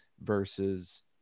versus